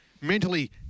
mentally